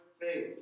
faith